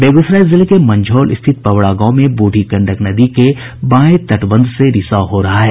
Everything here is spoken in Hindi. बेगूसराय जिले के मंझौल स्थित पवड़ा गांव में ब्रढ़ी गंडक नदी के बांये तटबंध में रिसाव हो रहा है